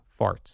farts